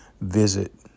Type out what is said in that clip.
visit